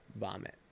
vomit